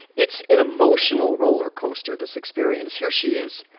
it's an emotional roller coaster, this experience. here she is.